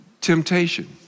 temptation